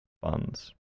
funds